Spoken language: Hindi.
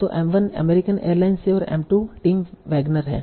तो M1 अमेरिकन एयरलाइंस है M2 टिम वैगनर है